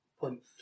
point